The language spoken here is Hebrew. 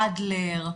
אדלר,